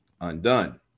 undone